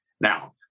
Now